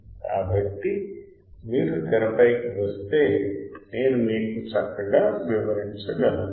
కాబట్టి మీరు తెరపైకి వస్తే నేను మీకు చక్కగా వివరించగలను